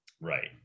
Right